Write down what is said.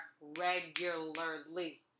regularly